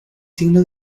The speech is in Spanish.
signo